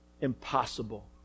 impossible